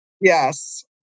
Yes